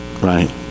right